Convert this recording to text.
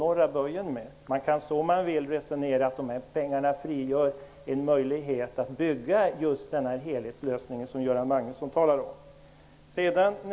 Om man vill kan man resonera så att de pengarna möjliggör just den helhetslösning som Göran Magnusson talar om.